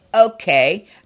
Okay